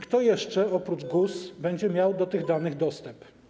Kto jeszcze - oprócz GUS - będzie miał do tych danych dostęp?